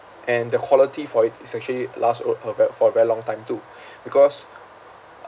and the quality for it is actually last uh uh ver~ for a very long time too because